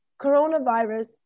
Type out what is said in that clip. coronavirus